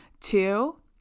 two